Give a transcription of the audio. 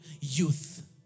youth